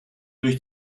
durch